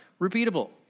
repeatable